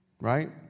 right